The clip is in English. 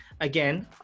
again